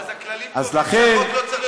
אז הכללים קובעים שהחוק לא צריך להיות בוועדה שלך.